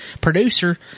producer